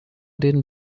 den